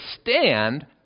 stand